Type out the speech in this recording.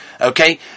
Okay